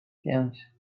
pięć